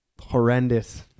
horrendous